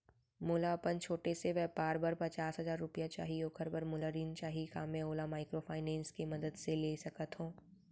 मोला अपन छोटे से व्यापार बर पचास हजार रुपिया चाही ओखर बर मोला ऋण चाही का मैं ओला माइक्रोफाइनेंस के मदद से ले सकत हो?